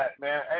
man